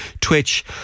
Twitch